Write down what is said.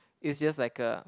is just like a